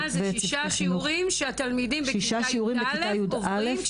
שישה שיעורים שהתלמידים בכיתה י"א עוברים,